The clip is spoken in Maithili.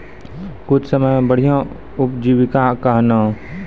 कम समय मे बढ़िया उपजीविका कहना?